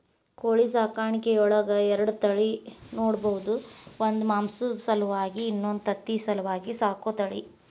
ಕೋಳಿ ಸಾಕಾಣಿಕೆಯೊಳಗ ಎರಡ ತಳಿ ನೋಡ್ಬಹುದು ಒಂದು ಮಾಂಸದ ಸಲುವಾಗಿ ಇನ್ನೊಂದು ತತ್ತಿ ಸಲುವಾಗಿ ಸಾಕೋ ತಳಿ